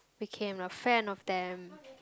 became a fan of them